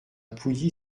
pouilly